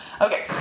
okay